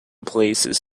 places